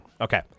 Okay